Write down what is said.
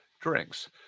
drinks